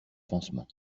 pansement